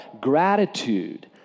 gratitude